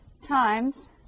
times